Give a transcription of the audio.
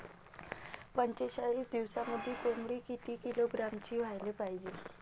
पंचेचाळीस दिवसामंदी कोंबडी किती किलोग्रॅमची व्हायले पाहीजे?